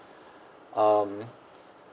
um